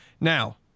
Now